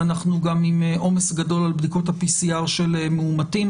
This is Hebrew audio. ואנחנו גם עם עומס גדול על בדיקות ה-PCR של מאומתים,